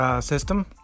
system